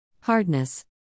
Hardness